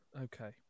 Okay